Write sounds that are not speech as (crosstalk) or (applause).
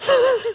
(laughs)